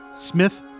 Smith